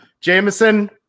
Jameson